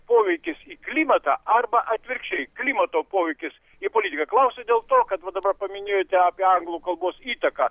poveikis į klimatą arba atvirkščiai klimato poveikis į politiką klausiu dėl to kad va dabar paminėjote apie anglų kalbos įtaką